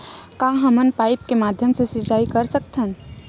का हमन पाइप के माध्यम से सिंचाई कर सकथन?